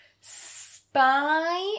spy